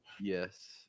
Yes